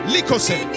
Likose